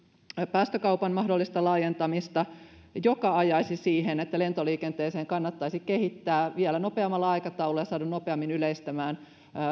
päästökaupan mahdollista laajentamista joka ajaisi siihen että lentoliikenteeseen kannattaisi kehittää puhtaisiin teknologioihin perustuvia polttoaineita vielä nopeammalla aikataululla ja että saadaan ne nopeammin yleistymään